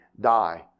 die